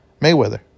Mayweather